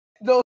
No